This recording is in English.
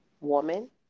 woman